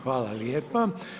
Hvala lijepa.